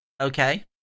Okay